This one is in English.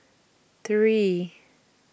three